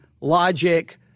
logic